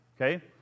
okay